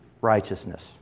Righteousness